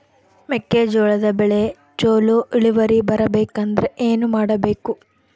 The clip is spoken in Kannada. ಮೆಕ್ಕೆಜೋಳದ ಬೆಳೆ ಚೊಲೊ ಇಳುವರಿ ಬರಬೇಕಂದ್ರೆ ಏನು ಮಾಡಬೇಕು?